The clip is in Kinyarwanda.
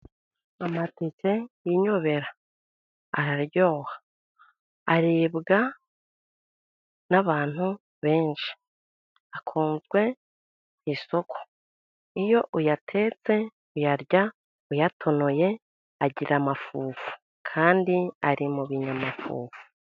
Amateke yinyobera araryoha. Aribwa n'abantu benshi. Akunzwe isoko. Iyo uyatetse uyarya uyatonoye agira amafufu kandi ari mu binyamafufu